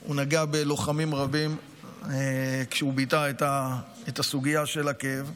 שהוא נגע בלוחמים רבים כשהוא ביטא את הסוגיה של הכאב,